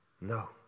No